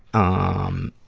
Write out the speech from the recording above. um,